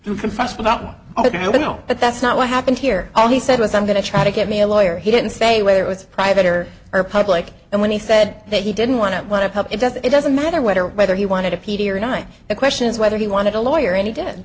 what i don't know but that's not what happened here all he said was i'm going to try to get me a lawyer he didn't say whether it was private or public and when he said that he didn't want to want to help it does it doesn't matter what or whether he wanted a p t or not the question is whether he wanted a lawyer and he did